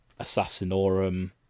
assassinorum